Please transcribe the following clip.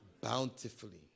Bountifully